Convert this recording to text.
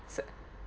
so